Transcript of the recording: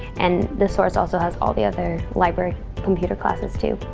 and the source also has all the other library computer classes too.